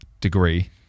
degree